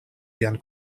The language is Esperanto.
vian